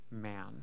man